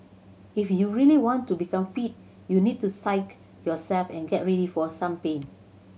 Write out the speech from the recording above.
if you really want to become fit you need to psyche yourself and get ready for some pain